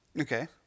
Okay